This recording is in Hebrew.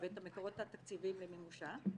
ואת המקורות התקציביים למימושה.